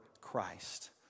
Christ